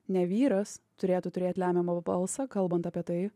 ne vyras turėtų turėt lemiamą balsą kalbant apie tai